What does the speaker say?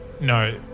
No